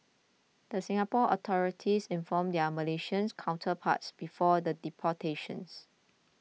the Singapore authorities informed their Malaysian counterparts before the deportation